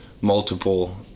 multiple